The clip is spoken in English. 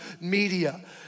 media